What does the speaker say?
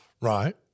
Right